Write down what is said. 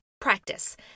practice